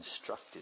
instructed